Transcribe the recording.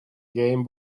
game